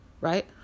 right